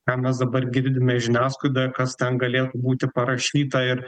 ką mes dabar girdime žiniasklaidoje kas ten galėtų būti parašyta ir